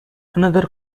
another